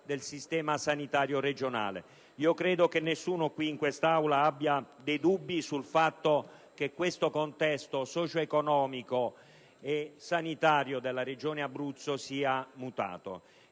del sistema sanitario regionale. Credo che nessuno in quest'Aula abbia dubbi sul fatto che il contesto socio economico e sanitario della Regione Abruzzo sia mutato.